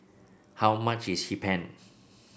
how much is Hee Pan